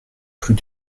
plus